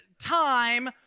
time